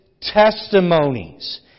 Testimonies